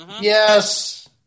Yes